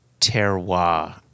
terroir